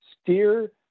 Steer